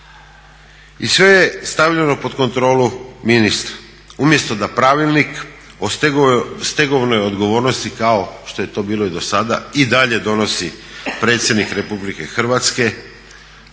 i sve je stavljeno pod kontrolu ministra. Umjesto da pravilnik o stegovnoj odgovornosti kao što je to bilo i do sada i dalje donosi predsjednik RH, on postaje